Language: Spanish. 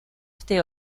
este